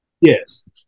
Yes